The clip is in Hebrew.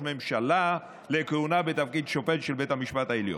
ממשלה לכהונה בתפקיד שופט בבית המשפט העליון.